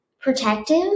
protective